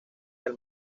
del